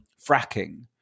fracking